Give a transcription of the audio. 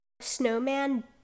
Snowman